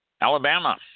Alabama